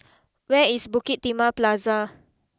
where is Bukit Timah Plaza